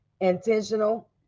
intentional